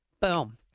boom